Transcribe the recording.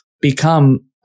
become